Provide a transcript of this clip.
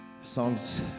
songs